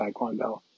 Taekwondo